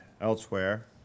elsewhere